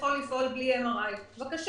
יכול לפעול בלי MRI. בבקשה.